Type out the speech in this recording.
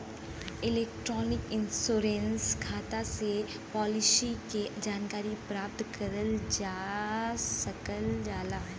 electronic insurance खाता से policy के जानकारी प्राप्त करल जा सकल जाला